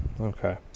okay